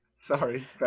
Sorry